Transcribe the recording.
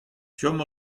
chom